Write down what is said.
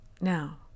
Now